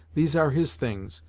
these are his things,